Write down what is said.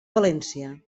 valència